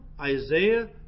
Isaiah